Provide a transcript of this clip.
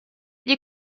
gli